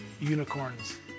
unicorns